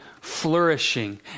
flourishing